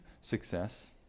success